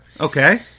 Okay